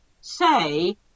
say